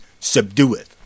subdueth